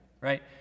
right